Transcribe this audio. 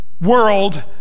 world